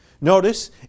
Notice